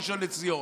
לראשון לציון.